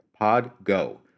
PodGo